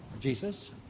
Jesus